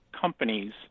companies